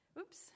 oops